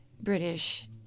British